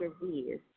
disease